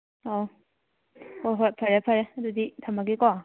ꯑꯧ ꯍꯣꯏ ꯍꯣꯏ ꯐꯔꯦ ꯐꯔꯦ ꯑꯗꯨꯗꯤ ꯊꯝꯃꯒꯦꯀꯣ